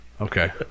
Okay